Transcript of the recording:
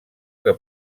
que